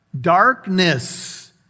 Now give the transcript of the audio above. Darkness